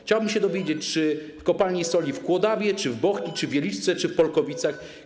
Chciałbym się dowiedzieć, czy w kopalni soli w Kłodawie, czy w Bochni, czy w Wieliczce, czy w Polkowicach.